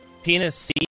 Penis